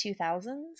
2000s